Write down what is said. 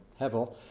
Hevel